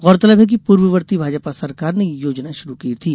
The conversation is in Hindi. गौरतलब है कि पूर्ववर्ती भाजपा सरकार ने यह योजना शुरू की थी